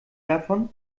davon